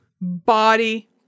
body